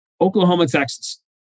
Oklahoma-Texas